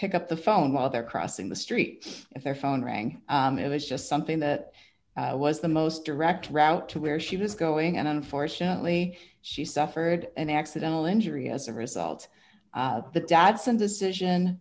pick up the phone while they're crossing the street if their phone rang it was just something that was the most direct route to where she was going and unfortunately she suffered an accidental injury as a result the datsun decision